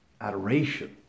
adoration